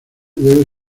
debe